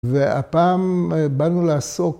והפעם באנו לעסוק.